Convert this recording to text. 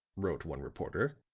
wrote one reporter,